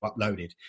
uploaded